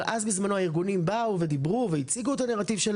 אבל אז בשמנו הארגונים האלה באו ודיברו והציגו את הלבטים של